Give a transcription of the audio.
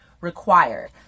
required